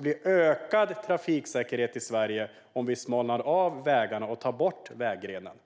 får ökad trafiksäkerhet i Sverige om vi går från breda fina vägar med vägren till att vi gör vägarna smalare och tar bort vägrenen.